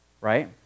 right